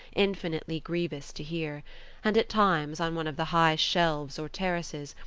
infinitely grievous to hear and at times, on one of the high shelves or terraces,